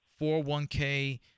401k